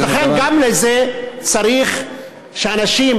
אז לכן גם לזה צריך שאנשים,